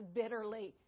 bitterly